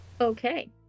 Okay